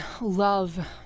love